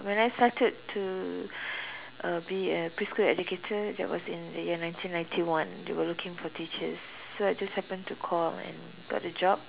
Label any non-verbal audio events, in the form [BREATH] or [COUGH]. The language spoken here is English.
when I started to [BREATH] uh be a preschool educator that was in the year nineteen ninety one they were looking for teachers so I just happened to call and got the job